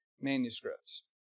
manuscripts